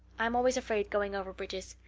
i'm always afraid going over bridges.